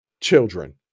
children